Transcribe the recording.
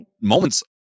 moments